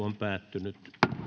on